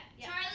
Charlie